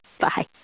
Bye